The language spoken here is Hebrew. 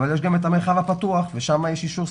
אבל יש גם את המרחב הפתוח ושם יש אישור של